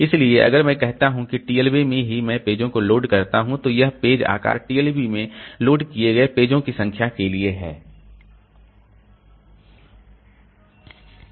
इसलिए अगर मैं कहता हूं कि टीएलबी में ही मैं पेजों को लोड करता हूं तो यह पेज आकार TLB में लोड किए गए पेजों की संख्या के लिए है